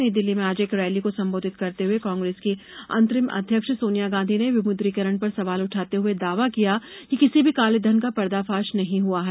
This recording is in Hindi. नई दिल्लीं में आज एक रैली को संबोधित करते हुए कांग्रेस की अंतरिम अध्यक्ष सोनिया गांधी ने विमुद्रीकरण पर सवाल उठाते हुए दावा किया कि किसी भी कालेधन का पर्दाफाश नहीं हुआ है